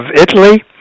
Italy